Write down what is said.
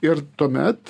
ir tuomet